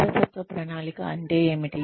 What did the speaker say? వారసత్వ ప్రణాళిక అంటే ఏమిటి